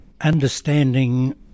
understanding